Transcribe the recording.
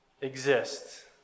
exist